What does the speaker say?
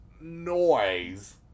noise